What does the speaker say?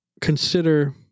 consider